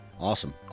Awesome